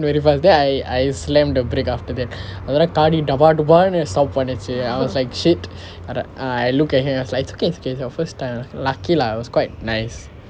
very fast then I I slammed the brake after that அது வேற காடி டபா டபான்னு:athu ver kaadi daba dabannu stop பண்ணிச்சு:pannichu I was like shit I looked at him he was like it's okay it's okay it's your first time lucky lah he was quite nice